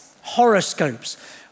horoscopes